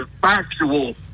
factual